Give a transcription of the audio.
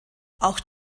auch